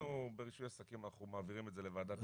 אצלנו ברישוי עסקים אנחנו מעבירים את זה לוועדת ההסדרה,